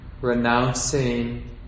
renouncing